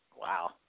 Wow